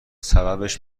سببش